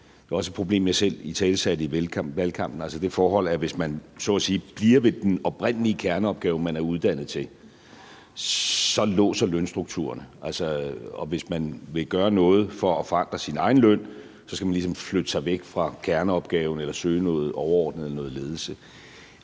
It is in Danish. Det er også et problem, jeg selv italesatte i valgkampen, altså det forhold, at hvis man så at sige bliver ved de oprindelige kerneopgaver, man er uddannet til, så låser lønstrukturen. Og hvis man vil gøre noget for at forandre sin egen løn, skal man ligesom flytte sig væk fra kerneopgaven eller søge noget overordnet eller